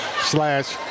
Slash